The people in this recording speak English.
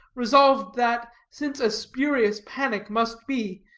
resolved that, since a spurious panic must be,